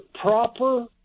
proper